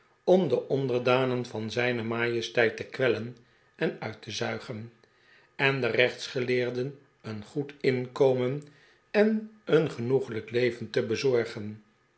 om de onderdanen van zijne majesteit te kwellen en uit te zuigen en den rechtsgeleerden een goed inkomen en een genoeglijk leven te bezorgen